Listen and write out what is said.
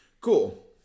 Cool